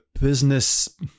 business